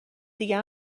دیگه